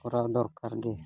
ᱠᱚᱨᱟᱣ ᱫᱚᱨᱠᱟᱨ ᱜᱮ